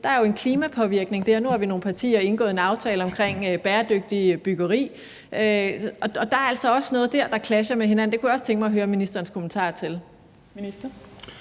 Der er en klimapåvirkning der. Nu er vi nogle partier, der har indgået en aftale om bæredygtigt byggeri, og der er altså også noget der, der clasher med hinanden, og det kunne jeg også tænke mig at høre ministerens kommentarer til.